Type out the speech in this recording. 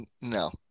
No